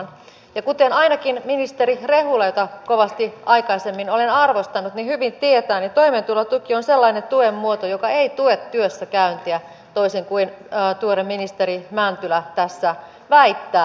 ja kuten ainakin ministeri rehula jota kovasti aikaisemmin olen arvostanut hyvin tietää niin toimeentulotuki on sellainen tuen muoto joka ei tue työssäkäyntiä toisin kuin tuore ministeri mäntylä tässä väittää